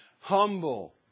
humble